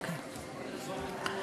אוקיי.